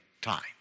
time